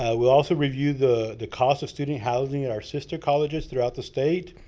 ah we also reviewed the the cost of student housing at our sister colleges throughout the state.